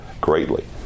greatly